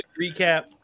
recap